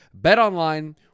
BetOnline